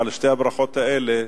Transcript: ועל שתי הברכות האלה,